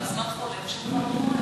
הזמן חולף ושום דבר לא קורה.